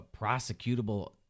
prosecutable